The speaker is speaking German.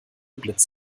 blitz